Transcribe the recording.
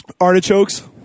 artichokes